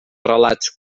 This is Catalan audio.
relats